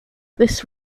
this